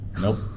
nope